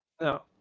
No